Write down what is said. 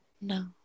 No